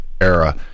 era